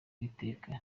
uwiteka